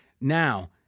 Now